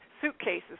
suitcases